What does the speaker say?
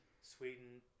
Sweden